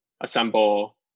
assemble